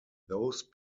those